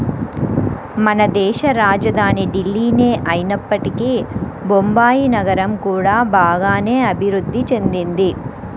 మనదేశ రాజధాని ఢిల్లీనే అయినప్పటికీ బొంబాయి నగరం కూడా బాగానే అభిరుద్ధి చెందింది